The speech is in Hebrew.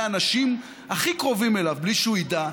האנשים הכי קרובים אליו בלי שהוא ידע?